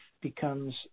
becomes